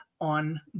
on